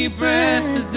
breath